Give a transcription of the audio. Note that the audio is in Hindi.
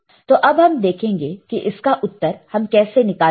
तो अब हम देखेंगे कि इसका उत्तर हम कैसे निकाल सकते हैं